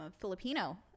Filipino